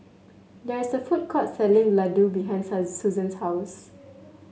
there is a food court selling Ladoo behind Susan's house